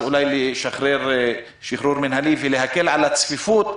אולי לשחרר שחרור מינהלי ולהקל על הצפיפות?